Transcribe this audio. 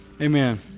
amen